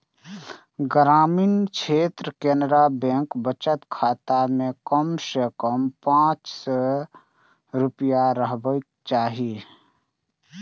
ग्रामीण क्षेत्रक केनरा बैंक बचत खाता मे कम सं कम पांच सय रुपैया रहबाक चाही